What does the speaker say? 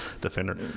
defender